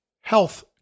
Health